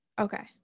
Okay